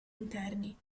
interni